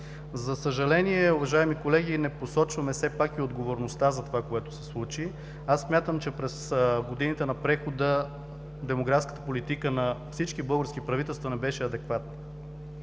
За съжаление, уважаеми колеги, не посочваме отговорността за това, което се случи. Смятам, че през годините на прехода демографската политика на всички български правителства не беше адекватна.